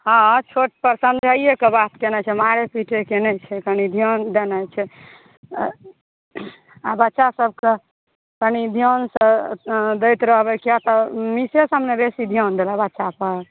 हँ छोटसभकेँ समझाए कऽ बात केनाइ छै मारय पीटयके नहि छै कनी ध्यान देनाइ छै आ बच्चासभकेँ कनी ध्यानसँ दैत रहबै किया तऽ मिसे सभने बेसी ध्यान देलक बच्चापर